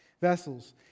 Vessels